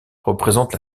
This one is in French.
représente